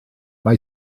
mae